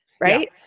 Right